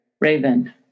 Raven